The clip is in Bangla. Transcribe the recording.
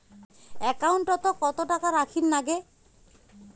একাউন্টত কত টাকা রাখীর নাগে?